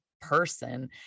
person